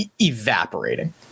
evaporating